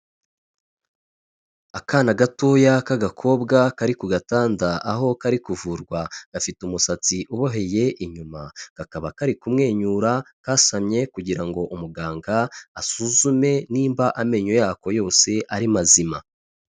Akana gatoya k'agakobwa kari ku gatanda, aho kari kuvurwa, gafite umusatsi uboheye inyuma, kakaba kari kumwenyura kasamye kugira ngo umuganga asuzume nimba amenyo yako yose ari mazima.